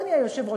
אדוני היושב-ראש,